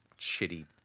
shitty